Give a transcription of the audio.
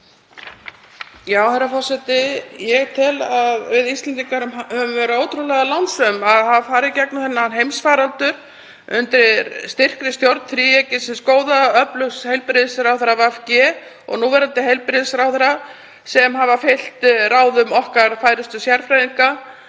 Herra forseti. Ég tel að við Íslendingar höfum verið ótrúlega lánsöm að hafa farið í gegnum þennan heimsfaraldur undir styrkri stjórn þríeykisins góða, öflugs heilbrigðisráðherra VG og núverandi heilbrigðisráðherra, sem hafa fylgt ráðum okkar færustu sérfræðinga.